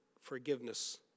forgiveness